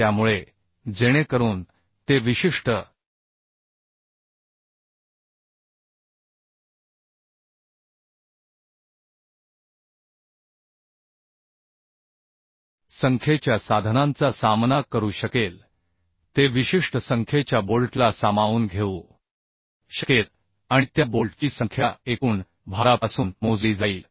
त्यामुळे जेणेकरून ते विशिष्ट संख्येच्या साधनांचा सामना करू शकेल ते विशिष्ट संख्येच्या बोल्टला सामावून घेऊ शकेल आणि त्या बोल्टची संख्या एकूण भारापासून मोजली जाईल